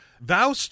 thou